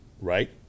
right